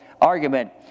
argument